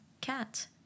cat